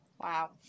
wow